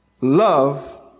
Love